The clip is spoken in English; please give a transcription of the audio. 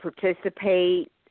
participate